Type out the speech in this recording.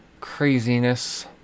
craziness